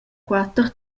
quater